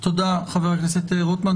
תודה, חבר הכנסת רוטמן.